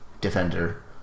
defender